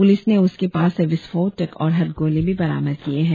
police ने उसके पास से विस्फोटक और हथगोले भी बरामद किये है